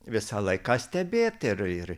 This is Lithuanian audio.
visą laiką stebėt ir ir